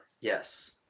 Yes